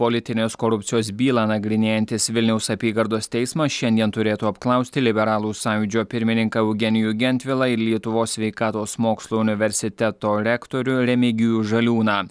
politinės korupcijos bylą nagrinėjantis vilniaus apygardos teismas šiandien turėtų apklausti liberalų sąjūdžio pirmininką eugenijų gentvilą ir lietuvos sveikatos mokslų universiteto rektorių remigijų žaliūną